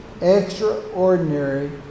Extraordinary